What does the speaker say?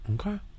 Okay